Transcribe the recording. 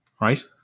right